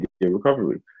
recovery